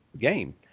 game